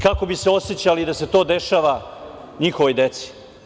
Kako bi se osećali da se to dešava njihovoj deci?